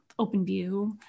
OpenView